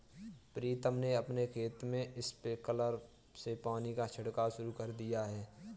प्रीतम ने अपने खेत में स्प्रिंकलर से पानी का छिड़काव शुरू कर दिया है